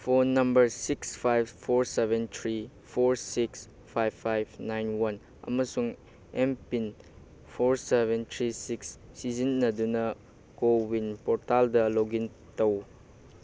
phone number six five four seven three four six five five nine one ꯑꯃꯁꯨꯡ M PIN four seven three six ꯁꯤꯖꯤꯟꯅꯗꯨꯅ CoWIN ꯄꯣꯔꯇꯦꯜꯗ login ꯇꯧ